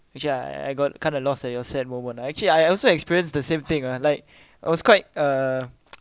actually I I got kind of lost at your sad moment I actually I also experienced the same thing ah like I was quite uh